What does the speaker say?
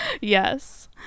Yes